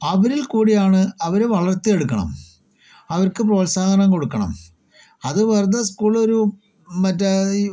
അവരിൽ കൂടിയാണ് അവരെ വളർത്തിയെടുക്കണം അവർക്ക് പ്രോത്സാഹനം കൊടുക്കണം അത് വെറുതെ സ്കൂളിൽ ഒരു മറ്റേ ഈ